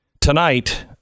Tonight